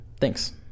thanks